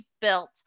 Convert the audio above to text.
built